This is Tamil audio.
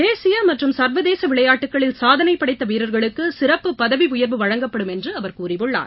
தேசிய மற்றும் சர்வதேச விளையாட்டுக்களில் சாதனைபடைத்த வீரர்களுக்கு சிறப்பு பதவி உயர்வு வழங்கப்படும் என்று அவர் கூறியுள்ளார்